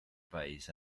país